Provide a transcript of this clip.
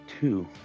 two